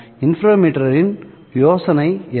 இன்டர்ஃபெரோமீட்டரின் யோசனை என்ன